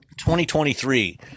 2023